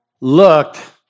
looked